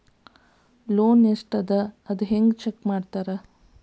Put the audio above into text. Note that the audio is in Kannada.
ಲೋನ್ ಎಷ್ಟ್ ಅದ ಹೆಂಗ್ ಚೆಕ್ ಮಾಡ್ತಾರಾ